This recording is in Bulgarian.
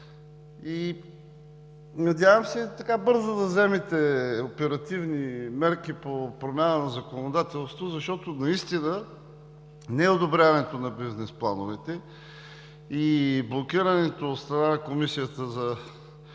Надявам се бързо да вземете оперативни мерки по промяна на законодателството, защото наистина неодобряването на бизнес плановете и блокирането на разглеждането